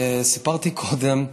סיפרתי קודם,